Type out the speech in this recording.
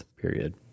period